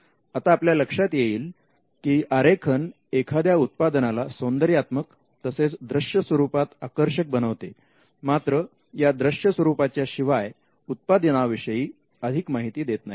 आता आपल्या लक्षात येईल की आरेखन एखाद्या उत्पादनाला सौंदर्यात्मक तसेच दृश्य स्वरूपात आकर्षक बनवते मात्र या दृश्य स्वरूपाच्या शिवाय उत्पादनाविषयी अधिक माहिती देत नाही